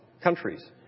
countries